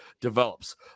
develops